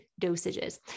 dosages